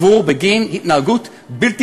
בגין התנהגות בלתי